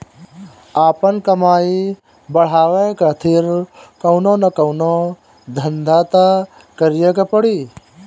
आपन कमाई बढ़ावे खातिर कवनो न कवनो धंधा तअ करीए के पड़ी